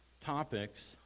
topics